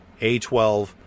A12